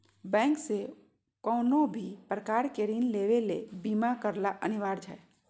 bank से कउनो भी प्रकार के ऋण लेवे ले बीमा करला अनिवार्य हय